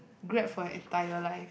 Grab for your entire life